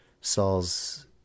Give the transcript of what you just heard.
Saul's